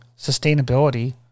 sustainability